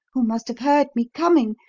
who must have heard me coming,